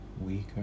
weaker